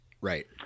Right